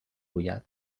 گوید